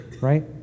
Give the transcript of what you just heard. right